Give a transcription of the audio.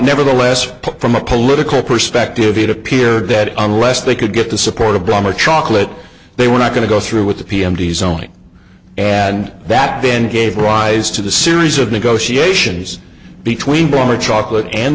nevertheless from a political perspective it appeared that unless they could get the support of bomber chocolate they were not going to go through with the p m t zoning and that then gave rise to the series of negotiations between former chocolate and